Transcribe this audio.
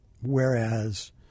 Whereas